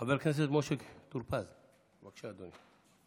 חבר הכנסת משה טור פז, בבקשה, אדוני.